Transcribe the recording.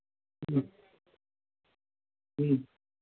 ഉം ഉം